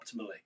optimally